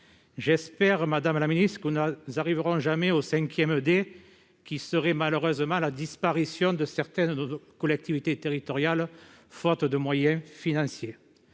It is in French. J'espère, madame la ministre, que nous n'arriverons jamais au cinquième « D », celui de la disparition de certaines de nos collectivités territoriales, faute de moyens financiers.